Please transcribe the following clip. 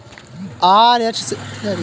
RH seven four nine सरसो के कब बुआई होई?